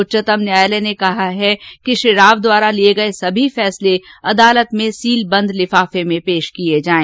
उच्चतम न्यायालय ने कहा है कि श्री राव द्वारा लिए गए सभी फैसले अदालत में सील बंद लिफाफे में पेश किए जाएं